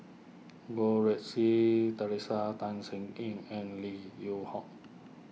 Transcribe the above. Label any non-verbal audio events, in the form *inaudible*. Goh Rui Si theresa Tan *unintelligible* Ean and Lim Yew Hock